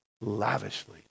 lavishly